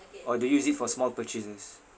or do you use it for small purchases